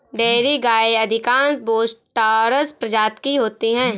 dairy गायें अधिकांश Bos taurus प्रजाति की होती हैं